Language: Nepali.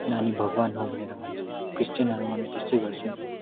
नानी भगवान् हो भनेर भन्छन् क्रिस्टियनहरूमा पनि त्यस्तै गर्छन्